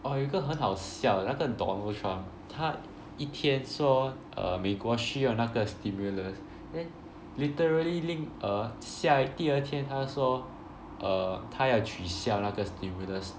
oh 有一个很好笑的那个 Donald Trump 他一天说 uh 美国需要那个 stimulus then literally 另 uh 下第二天他说 uh 他要取消那个 stimulus